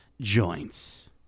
Joints